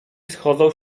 schodzą